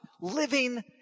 living